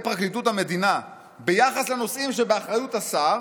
פרקליטות המדינה ביחס לנושאים שבאחריות השר